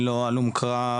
אני לא הלום קרב,